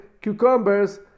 cucumbers